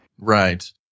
Right